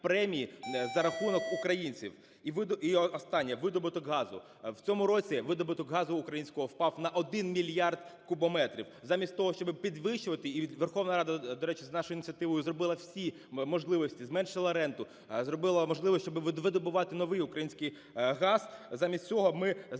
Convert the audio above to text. видобуток газу. В цьому році видобуток газу українського впав на 1 мільярд кубометрів. Замість того, щоби підвищувати - і Верховна Рада, до речі, за нашою ініціативою зробила всі можливості, зменшила ренту, зробила можливість, щоби видобувати новий український газ, - замість цього ми зменшуємо